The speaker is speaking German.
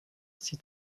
sie